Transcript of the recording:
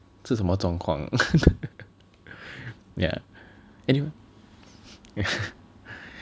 这什么状况 yeah anyw~